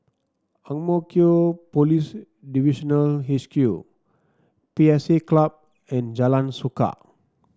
Ang Mo Kio Police Divisional H Q P S A Club and Jalan Suka